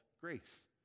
grace